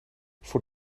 voor